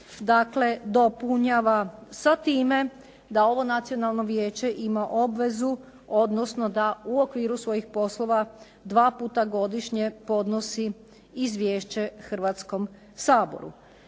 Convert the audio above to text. dakle dopunjava sa time da ovo Nacionalno vijeće ima obvezu, odnosno da u okviru svojih poslova dva puta godišnje podnosi izvješće Hrvatskom saboru.